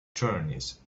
journeys